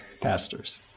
pastors